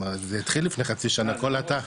זה התחיל לפני חצי שנה, הכול לקח,